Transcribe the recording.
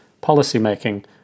policy-making